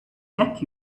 get